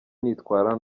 nitwara